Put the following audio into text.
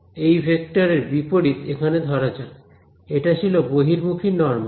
এই ভেক্টরের বিপরীত এখানে ধরা যাক এটা ছিল বহির্মুখী নরমাল